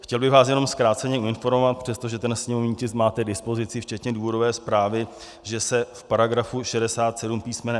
Chtěl bych vás jenom zkráceně informovat, přestože ten sněmovní tisk máte k dispozici včetně důvodové zprávy, že se v § 67 písm.